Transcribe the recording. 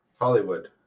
Hollywood